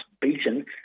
beaten